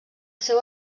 seu